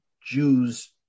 Jews